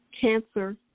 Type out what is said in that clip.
Cancer